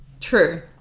true